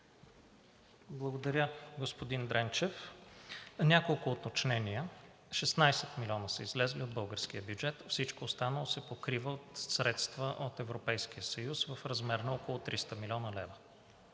Благодаря, господин Дренчев. Няколко уточнения. 16 милиона са излезли от българския бюджет. Всичко останало се покрива от средства от Европейския съюз в размер на около 300 млн. лв.